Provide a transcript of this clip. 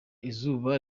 izuba